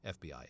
FBI